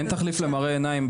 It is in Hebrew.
אין תחליף למראה עיניים.